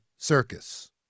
circus